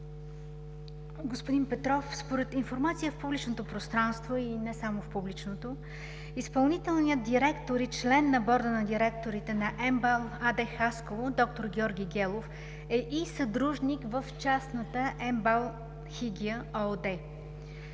Господин Петров, според информация в публичното пространство и не само в публичното, изпълнителният директор и член на Борда на директорите на „МБАЛ“ АД – гр. Хасково, д р Георги Гелов е и съдружник в частната МБАЛ „Хигия“ ООД.